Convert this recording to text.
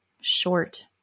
short